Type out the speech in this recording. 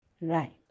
Right